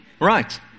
Right